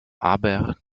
aber